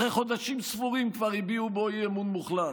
אחרי חודשים ספורים כבר הביעו בו אי-אמון מוחלט.